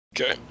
Okay